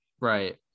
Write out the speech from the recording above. Right